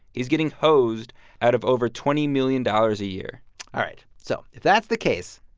he's getting hosed out of over twenty million dollars a year all right. so if that's the case,